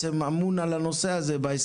מי שבונה את הכיתות ברהט זו עיריית רהט.